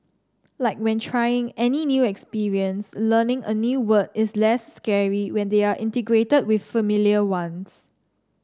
like when trying any new experience learning a new word is less scary when they are integrated with familiar ones